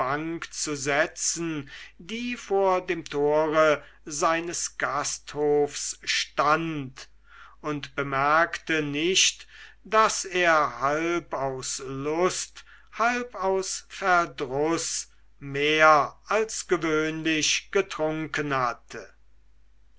zu setzen die vor dem tore seines gasthofs stand und bemerkte nicht daß er halb aus lust halb aus verdruß mehr als gewöhnlich getrunken hatte